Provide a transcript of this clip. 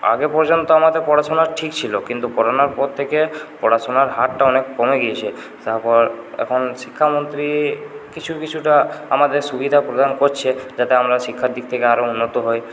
আগে পর্যন্ত আমাদের পড়াশোনা ঠিক ছিল কিন্তু করোনার পর থেকে পড়াশোনার হারটা অনেক কমে গিয়েছে তারপর এখন শিক্ষা মন্ত্রী কিছু কিছুটা আমাদের সুবিধা প্রদান করছে যাতে আমরা শিক্ষার দিক থেকে আরও উন্নত হই